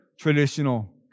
traditional